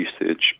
usage